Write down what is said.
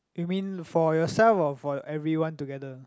you mean for yourself or for everyone together